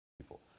people